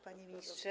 Panie Ministrze!